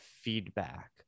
feedback